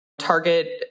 target